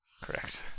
Correct